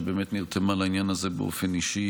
שבאמת נרתמה לעניין הזה באופן אישי,